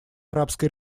арабской